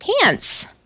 Pants